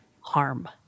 harm